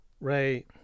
Ray